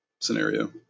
scenario